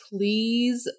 please